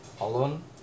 alone